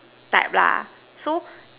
type lah so